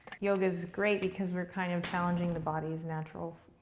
yoga's great because we're kind of challenging the body's natural